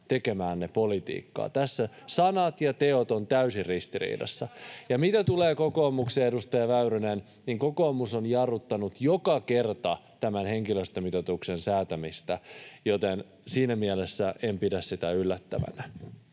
Sillanpään välihuuto] Tässä sanat ja teot ovat täysin ristiriidassa. Ja mitä tulee kokoomukseen, edustaja Väyrynen, niin kokoomus on jarruttanut joka kerta tämän henkilöstömitoituksen säätämistä, joten siinä mielessä en pidä sitä yllättävänä.